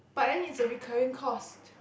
but then it's a recurring cost